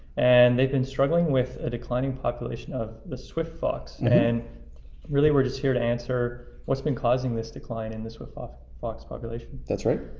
and they've been struggling with a declining population of the swift fox. and really, we're just here to answer what's been causing this decline in the swift fox population. that's right.